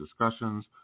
discussions